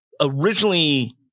originally